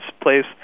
place